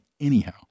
anyhow